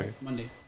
Monday